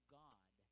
god